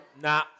Nah